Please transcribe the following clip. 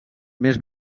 més